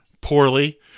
poorly